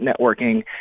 networking